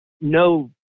no